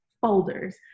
folders